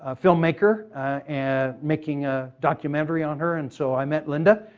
ah filmmaker and making a documentary on her, and so i met linda.